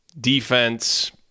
defense